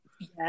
Yes